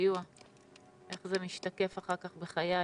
והם יושבים מולי ובוכים.